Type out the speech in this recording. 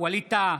ווליד טאהא,